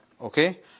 Okay